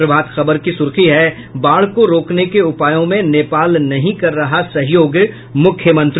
प्रभात खबर की सुर्खी है बाढ़ के रोकने के उपायों में नेपाल नहीं कर रहा सहयोग मुख्यमंत्री